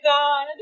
God